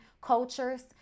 cultures